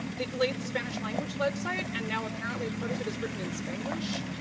they delayed the spanish language website, and now apparently part of it is written in spanglish.